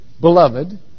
Beloved